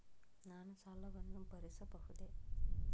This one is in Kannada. ನಾನು ಸಾಲವನ್ನು ಭರಿಸಬಹುದೇ?